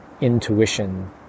intuition